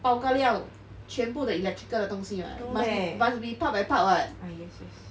bao ka liao 全部 the electrical 的东西 [what] must be part by part [what]